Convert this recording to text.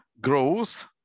growth